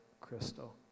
crystal